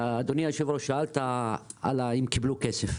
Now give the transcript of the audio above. אדוני היו"ר, שאלת אם קיבלו כסף.